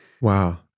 Wow